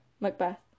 Macbeth